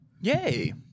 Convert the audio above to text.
Yay